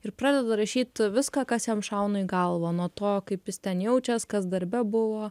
ir pradeda rašyt viską kas jam šauna į galvą nuo to kaip jis ten jaučias kas darbe buvo